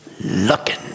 looking